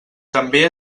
també